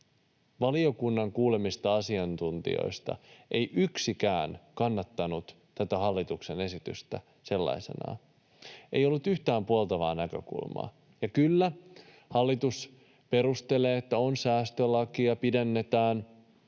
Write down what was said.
valiokunnan kuulemista asiantuntijoista ei yksikään — kannattanut tätä hallituksen esitystä sellaisenaan. Ei ollut yhtään puoltavaa näkökulmaa. Kyllä, hallitus perustelee, että on säästölaki ja pidennetään